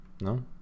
No